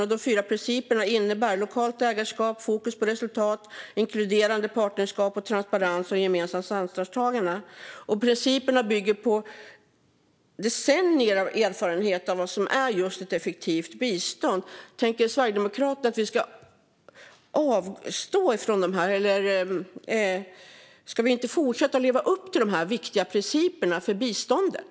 Och de fyra principerna innebär lokalt ägarskap, fokus på resultat, inkluderande partnerskap och transparens och gemensamt ansvarstagande. Principerna bygger på decennier av erfarenhet av vad som är just ett effektivt bistånd. Tycker Sverigedemokraterna att vi ska avstå från dessa principer? Ska vi inte fortsätta att leva upp till dessa viktiga principer för biståndet?